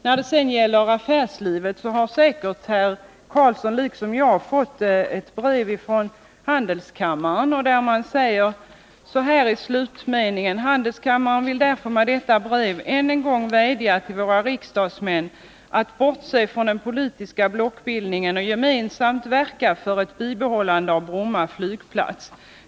När det sedan gäller affärslivet har säkert herr Karlsson liksom jag fått ett brev från handelskammaren, i vilket man i slutet av brevet säger: ”Handelskammaren vill därför med detta brev än en gång vädja till våra riksdagsmän att bortse från den politiska blockbildningen och gemensamt verka för ett bibehållande av Bromma flygplats.